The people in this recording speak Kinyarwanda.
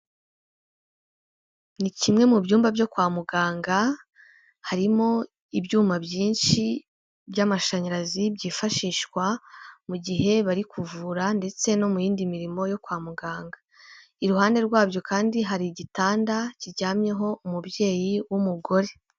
Ni kimwe mu byumba byo kwa muganga harimo ibyuma byinshi by'amashanyarazi byifashishwa mu gihe bari kuvura ndetse no mu yindi mirimo yo kwa muganga, iruhande rwabyo kandi hari igitanda kiryamyeho umubyeyi w'umugore.